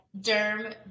Derm